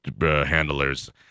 handlers